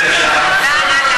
בבקשה.